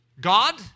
God